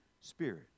Spirit